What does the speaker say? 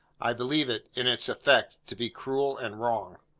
i believe it, in its effects, to be cruel and wrong.